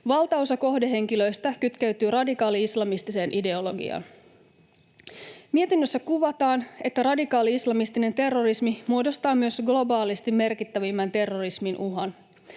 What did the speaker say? Valtaosa kohdehenkilöistä kytkeytyy radikaali-islamistiseen ideologiaan. Mietinnössä kuvataan, että radikaali-islamistinen terrorismi muodostaa myös globaalisti merkittävimmän terrorismin uhan.